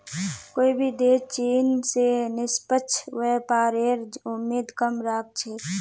कोई भी देश चीन स निष्पक्ष व्यापारेर उम्मीद कम राख छेक